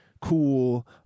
Cool